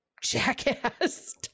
jackass